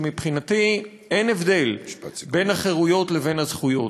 ומבחינתי אין הבדל בין החירויות לבין הזכויות,